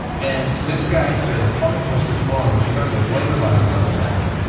and this guy says talking points for tomorrow is remember blame the violence on the left.